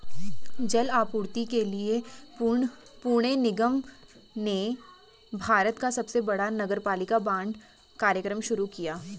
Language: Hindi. जल आपूर्ति के लिए पुणे निगम ने भारत का सबसे बड़ा नगरपालिका बांड कार्यक्रम शुरू किया